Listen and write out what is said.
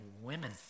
women